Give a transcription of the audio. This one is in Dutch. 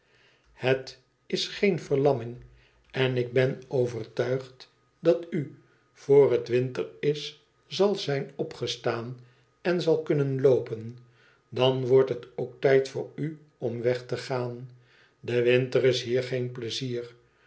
het is geen verlamming en ik ben overtuigd dat u voor het winter is zal zijn opgestaan en zal kunnen loopen dan wordt het ook tijd voor u om weg te gaan de winter is hier geen pleizier